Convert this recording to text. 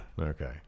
Okay